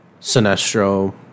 Sinestro